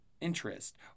interest